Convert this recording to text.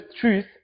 truth